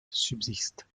subsiste